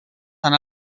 tan